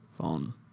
phone